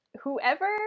whoever